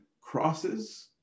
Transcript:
crosses